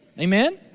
Amen